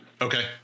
Okay